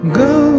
go